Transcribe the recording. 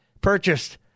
purchased